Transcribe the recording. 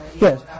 Yes